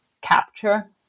capture